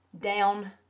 down